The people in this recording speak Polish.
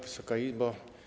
Wysoka Izbo!